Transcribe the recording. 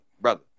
brother